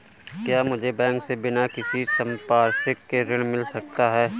क्या मुझे बैंक से बिना किसी संपार्श्विक के ऋण मिल सकता है?